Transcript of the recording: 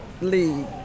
League